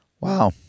Wow